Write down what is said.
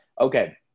okay